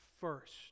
first